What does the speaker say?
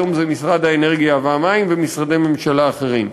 היום זה משרד האנרגיה והמים ומשרדי ממשלה אחרים.